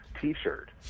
T-shirt